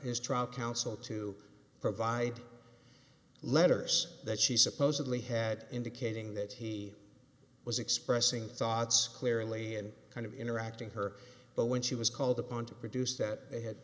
his trial counsel to provide letters that she supposedly had indicating that he was expressing thoughts clearly and kind of interacting her but when she was called upon to produce that he had